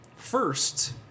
first